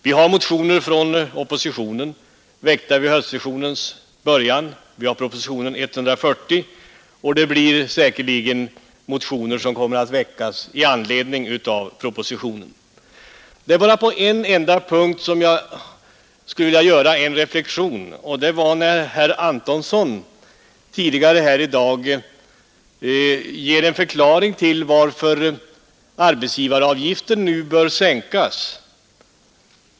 Vi har motioner från oppositionen, väckta vid höstsessionens början, vi får propositionen 140, och det kommer säkerligen att väckas motioner med anledning av propositionen. Det är bara på en enda punkt som jag nu skulle vilja göra en reflexion. Herr Antonsson gav tidigare här i dag en förklaring till att arbetsgivaravgiften bör avskaffas.